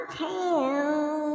town